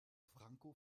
franko